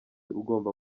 ugomba